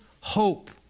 hope